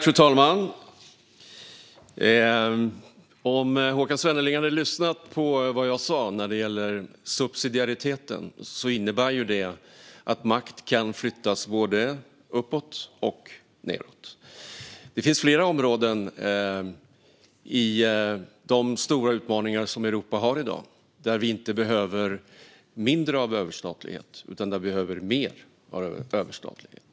Fru talman! Om Håkan Svenneling hade lyssnat på vad jag sa om subsidiariteten hade han förstått att det innebär att makt kan flyttas både uppåt och nedåt. Det finns flera områden i de stora utmaningar som Europa har i dag där vi inte behöver mindre av överstatlighet utan i stället mer.